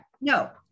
no